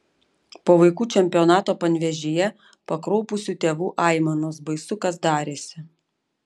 po vaikų čempionato panevėžyje pakraupusių tėvų aimanos baisu kas darėsi